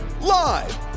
Live